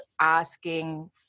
asking